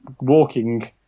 walking